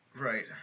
Right